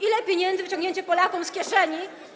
Ile pieniędzy wyciągnięcie Polakom z kieszeni.